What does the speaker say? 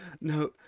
No